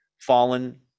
fallen